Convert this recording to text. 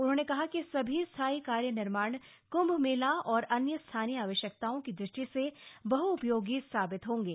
उन्होंने कहा कि सभी स्थाई कार्य निर्माण क्म्भ मेला और अन्य स्थानीय आवश्यकताओं की दृष्टि से बहपयोगी साबित होंगे